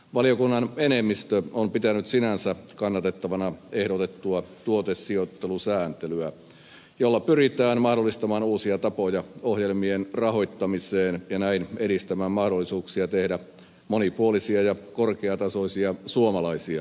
valiokunnan enemmistö on pitänyt sinänsä kannatettavana ehdotettua tuotesijoittelusääntelyä jolla pyritään mahdollistamaan uusia tapoja ohjelmien rahoittamiseen ja näin edistämään mahdollisuuksia tehdä monipuolisia ja korkeatasoisia suomalaisia ohjelmia